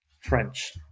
French